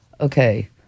Okay